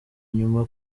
nyuma